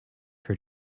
her